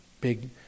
big